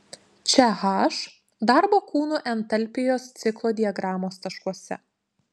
čia h darbo kūnų entalpijos ciklo diagramos taškuose